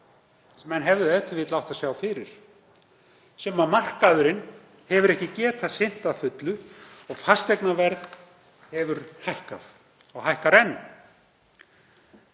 sem menn hefðu e.t.v. átt að sjá fyrir, sem markaðurinn hefur ekki getað sinnt að fullu og fasteignaverð hefur hækkað og hækkar enn.